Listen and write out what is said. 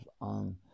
on